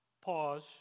Pause